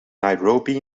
nairobi